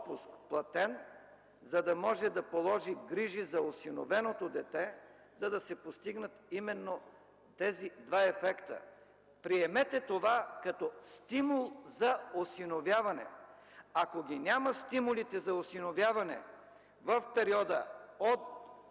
отпуск, за да може да положи грижи за осиновеното дете, за да се постигнат именно тези два ефекта. Приемете това като стимул за осиновяване. Ако ги няма стимулите за осиновяване в периода от